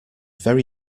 very